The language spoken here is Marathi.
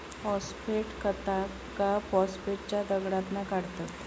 फॉस्फेट खतांका फॉस्फेटच्या दगडातना काढतत